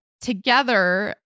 together